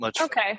Okay